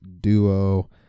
duo